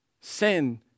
sin